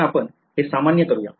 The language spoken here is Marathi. आता आपण हे सामान्य करूया